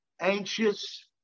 anxious